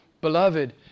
Beloved